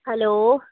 hello